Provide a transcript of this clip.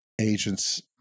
agents